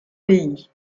pays